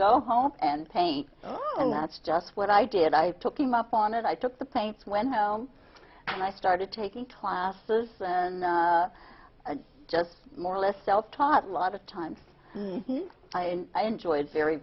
go home and paint and that's just what i did i took him up on it i took the paints went home and i started taking classes and just more or less self taught lot of times than i and i enjoyed very